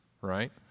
right